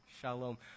Shalom